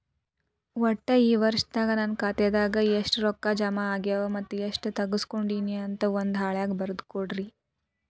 ಒಟ್ಟ ಈ ವರ್ಷದಾಗ ನನ್ನ ಖಾತೆದಾಗ ಎಷ್ಟ ರೊಕ್ಕ ಜಮಾ ಆಗ್ಯಾವ ಮತ್ತ ಎಷ್ಟ ತಗಸ್ಕೊಂಡೇನಿ ಅಂತ ಒಂದ್ ಹಾಳ್ಯಾಗ ಬರದ ಕೊಡ್ರಿ